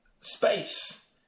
space